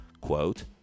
quote